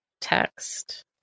text